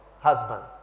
husband